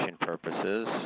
purposes